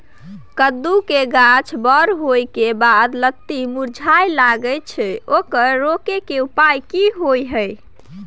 कद्दू के गाछ बर होय के बाद लत्ती मुरझाय लागे छै ओकरा रोके के उपाय कि होय है?